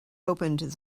opened